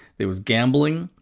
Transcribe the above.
there was gambling,